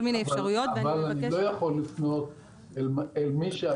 אבל אני לא יכול לפנות אל מי שהיה